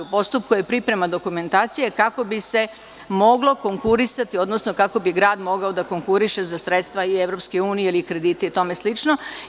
U postupku je priprema dokumentacije kako bi se moglo konkurisati, odnosno kako bi grad mogao da konkuriše za sredstva i EU ili kredite i tome slično.